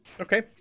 Okay